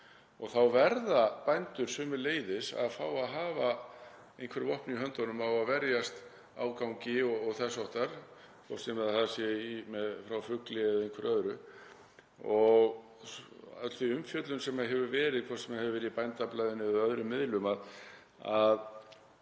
og þá verða bændur sömuleiðis að fá að hafa einhver vopn í höndunum til að verjast ágangi og þess háttar, hvort sem það er frá fugli eða einhverju öðru. Öll sú umfjöllun sem hefur verið, hvort sem hún hefur verið í Bændablaðinu eða öðrum miðlum,